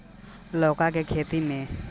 लौका के खेती में केतना लागत लागी?